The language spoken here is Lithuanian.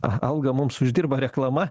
algą mums uždirba reklama